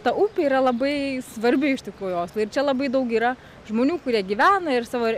ta upė yra labai svarbi iš tikrųjų oslui ir čia labai daug yra žmonių kurie gyvena ir savo re